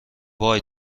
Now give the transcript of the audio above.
وای